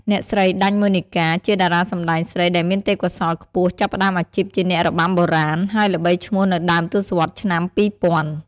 អ្នកស្រី ដាញ់ ម៉ូនីកាជាតារាសម្តែងស្រីដែលមានទេពកោសល្យខ្ពស់ ចាប់ផ្តើមអាជីពជាអ្នករបាំបុរាណ ហើយល្បីឈ្មោះនៅដើមទសវត្សរ៍ឆ្នាំ ២០០០។